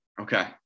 Okay